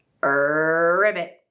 ribbit